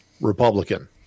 Republican